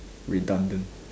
redundant